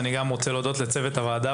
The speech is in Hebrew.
גם אני רוצה להודות לצוות הוועדה